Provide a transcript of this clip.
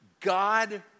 God